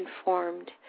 informed